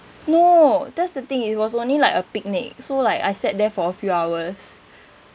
no that's the thing it was only like a picnic so like I sat there for a few hours